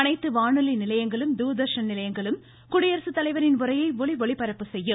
அனைத்து வானொலி நிலையங்களும் தூர்தர்ஷன் நிலையங்களும் குடியரசுத் தலைவரின் உரையை ஒலி ஒளிபரப்பு செய்யும்